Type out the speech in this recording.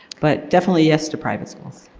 but, definitely yes to private schools.